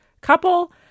couple